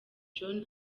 john